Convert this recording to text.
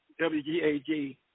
WGAG